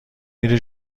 میری